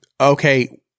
Okay